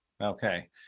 Okay